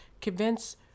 convince